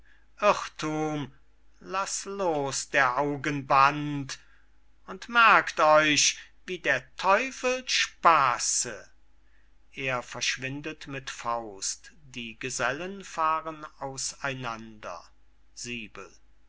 irrthum laß los der augen band und merkt euch wie der teufel spaße er verschwindet mit faust die gesellen fahren aus